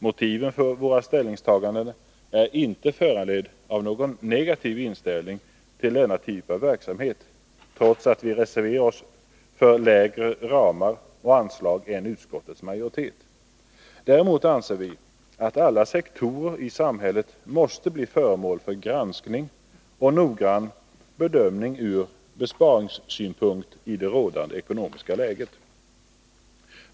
Motiven för våra ställningstaganden är inte föranledda av någon negativ inställning till denna typ av verksamhet, trots att vi reserverar oss för lägre ramar och anslag än utskottets majoritet. Däremot anser vi att alla sektorer i samhället måste bli föremål för granskning och noggrann bedömning ur besparingssynpunkt i det rådande ekonomiska läget.